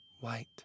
white